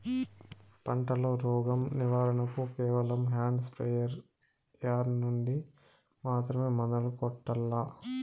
పంట లో, రోగం నివారణ కు కేవలం హ్యాండ్ స్ప్రేయార్ యార్ నుండి మాత్రమే మందులు కొట్టల్లా?